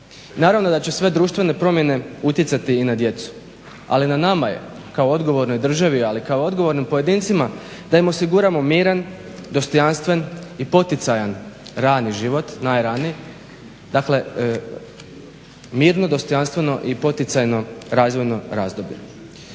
Naravno da će sve društvene promjene utjecati i na djecu, ali na nama je kao odgovornoj državi ali i kao odgovornim pojedincima da im osiguramo miran, dostojanstven i poticajan rani život, najraniji. Dakle, mirno, dostojanstveno i poticajno razvojno razdoblje.